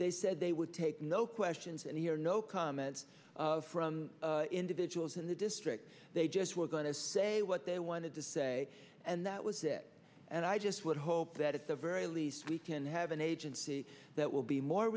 they said they would take no questions and hear no comments from individuals in the district they just were going to say what they wanted to say and that was that and i just would hope that at the very least we can have an agency that will be more